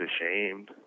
ashamed